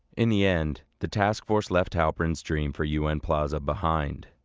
in the end, the task force left halpern's dream for un plaza behind.